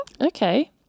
Okay